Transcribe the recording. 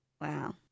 Wow